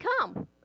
come